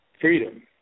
Freedom